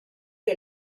que